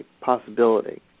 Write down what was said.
possibility